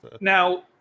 Now